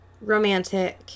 romantic